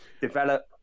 develop